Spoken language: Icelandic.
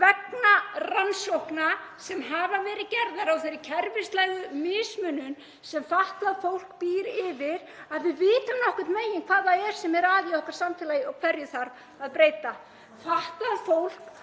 vegna rannsókna sem hafa verið gerðar á þeirri kerfislægu mismunun sem fatlað fólk býr við sem við vitum nokkurn veginn hvað það er sem er að í okkar samfélagi og hverju þarf að breyta. Fatlað fólk